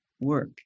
work